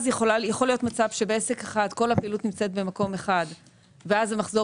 אז יכול להיות מצב שבעסק אחד כל הפעילות נמצאת במקום אחד ואז המחזור